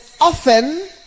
often